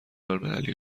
المللی